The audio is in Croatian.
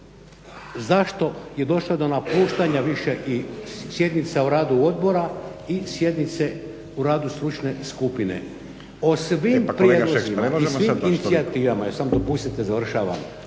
zašto je došlo do napuštanja, više i sjednica u radu Odbora i sjednice u radu stručne skupine. O svim prijedlozima … /Upadica Stazić: E pa kolega